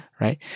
right